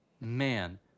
man